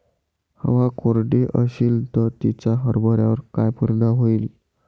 हवा कोरडी अशीन त तिचा हरभऱ्यावर काय परिणाम होईन?